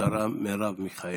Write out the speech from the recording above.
השרה מרב מיכאלי.